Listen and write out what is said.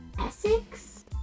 Essex